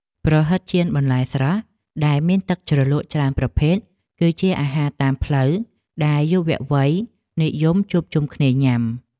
ប្រហិតចៀនបន្លែស្រស់ដែលមានទឹកជ្រលក់ច្រើនប្រភេទគឺជាអាហារតាមផ្លូវដែលយុវវ័យនិយមជួបជុំគ្នាញ៉ាំ។